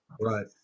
right